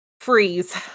Freeze